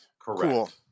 Correct